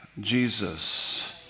Jesus